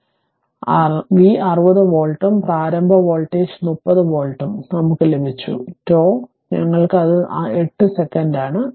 അതിനാൽ V 60 60 വോൾട്ടും പ്രാരംഭ വോൾട്ടേജ് v0 30 വോൾട്ടും നമുക്ക് ലഭിച്ചു τ ഞങ്ങൾക്ക് അത് 8 സെക്കൻഡാണ്